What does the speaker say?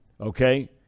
Okay